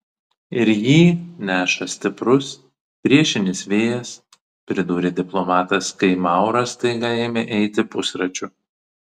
ir jį neša stiprus priešinis vėjas pridūrė diplomatas kai mauras staiga ėmė eiti pusračiu